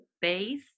base